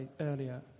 earlier